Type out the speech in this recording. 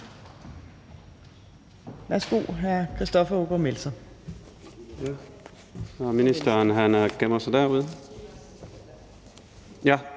Værsgo, hr. Christoffer Aagaard Melson.